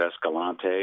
Escalante